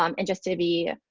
um and just to be